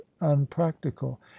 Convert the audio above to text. unpractical